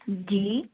जी